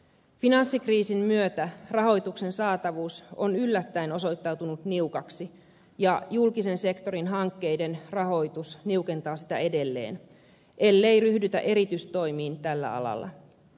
finanssikriisin myötä rahoituksen saatavuus on yllättäen osoittautunut niukaksi ja julkisen sektorin hankkeiden rahoitus niukentaa sitä edelleen ellei ryhdytä erityistoimiin tällä alalla